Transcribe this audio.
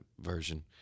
version